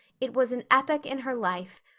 it was an epoch in her life,